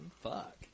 Fuck